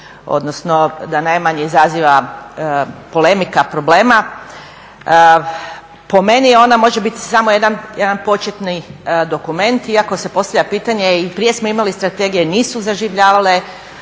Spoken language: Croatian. odnosno da najmanje izaziva polemika, problema. Po meni ona može biti samo jedan početni dokument iako se postavlja pitanje i prije smo imali strategije, nisu zaživljavale.